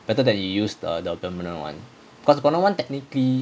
better than you use err the permanent [one] because got no one technically